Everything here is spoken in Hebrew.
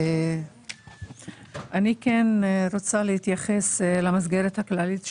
אני כן רוצה להתייחס למסגרת הכללית.